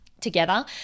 together